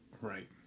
Right